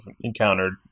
encountered